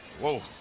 whoa